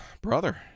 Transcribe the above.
brother